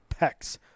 pecs